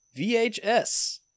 vhs